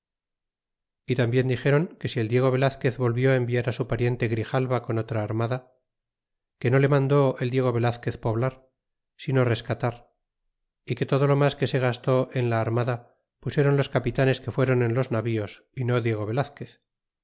y tambien dixéron que si el diego velazquez volvió enviar á su pariente grijalva con otra armada que no le mandó el diego velazquez poblar sino rescatar y que todo lo mas que se gastó en la armada pusiéron los capitanes que fuéron en los navíos y no diego velazquez